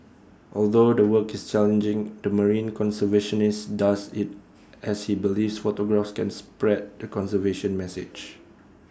although the work is challenging the marine conservationist does IT as he believes photographs can spread the conservation message